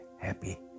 happy